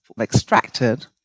extracted